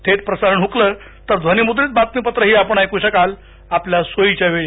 थेट प्रसारण हकलं तर ध्वनिमुद्रित बातमीपत्रही आपण ऐकू शकाल आपल्या सोयीच्या वेळी